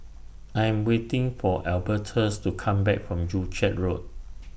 I'm waiting For Albertus to Come Back from Joo Chiat Road